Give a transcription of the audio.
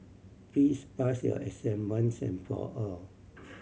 please pass your exam once and for all